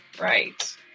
Right